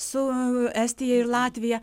su estija ir latvija